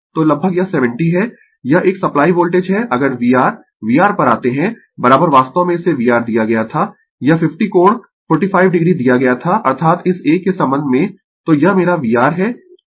तो लगभग यह 70 है यह एक सप्लाई वोल्टेज है अगर VRVR पर आते है वास्तव में इसे VR दिया गया था यह 50 कोण 45 o दिया गया था अर्थात इस एक के संबंध में तो यह मेरा VR है